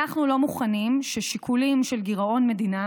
אנחנו לא מוכנים ששיקולים של גירעון מדינה